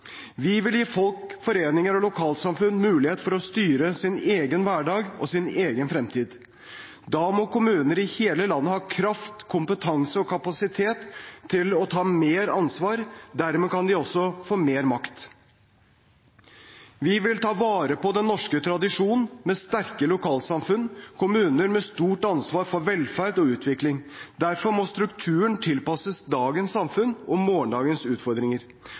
Vi vil gi folk, foreninger og lokalsamfunn mulighet til å styre sin egen hverdag og sin egen fremtid. Da må kommuner i hele landet ha kraft, kompetanse og kapasitet til å ta mer ansvar. Dermed kan de også få mer makt. Vi vil ta vare på den norske tradisjonen med sterke lokalsamfunn, kommuner med stort ansvar for velferd og utvikling. Derfor må strukturen tilpasses dagens samfunn og morgendagens utfordringer.